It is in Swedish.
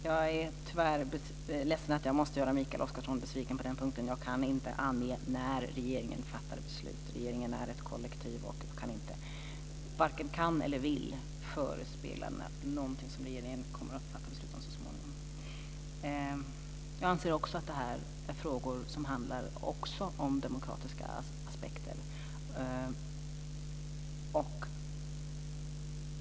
Fru talman! Jag är ledsen att jag måste göra Mikael Oscarsson besviken på den punkten. Jag kan inte ange när regeringen fattar beslut. Regeringen är ett kollektiv, och jag varken kan eller vill förespegla någonting i en fråga som regeringen kommer att fatta beslut om så småningom. Jag anser också att det här är frågor som handlar om demokratiska aspekter.